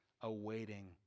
awaiting